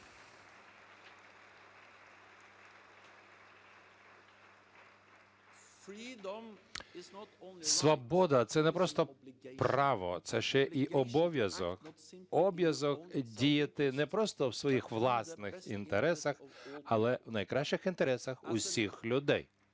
Свобода - це не просто право, це ще і обов'язок, обов'язок діяти не просто у своїх власних інтересах, але в найкращих інтересах всіх людей.